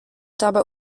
dabei